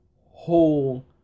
Whole